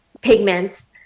pigments